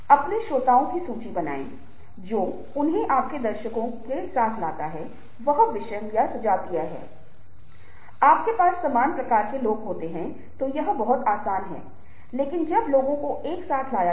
तो soft skills के संदर्भ में यह तब होगा जब आप इसे आधुनिक तकनीक से जोड़ेंगे जब आप इसे सोशल मीडिया से जोड़ेंगे तो यह बहुत महत्वपूर्ण भूमिका निभाएगा